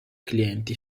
clienti